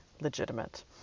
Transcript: legitimate